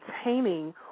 attaining